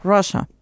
Russia